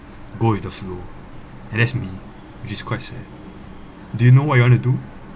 go with the flow and that's me which is quite sad do you know what you want to do